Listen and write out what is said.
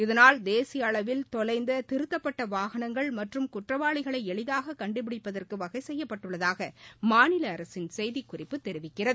இதனால் தேசிய அளவில் தொலைந்த திருடப்பட்ட வாகனங்கள் மற்றும் குற்றவாளிகளை எளிதாக கண்டுபிடிப்பதற்கு வகை செய்யப்பட்டுள்ளதாக மாநில அரசின் செய்திக்குறிப்பு தெரிவிக்கிறது